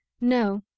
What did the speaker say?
No